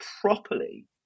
properly